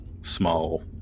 small